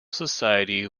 society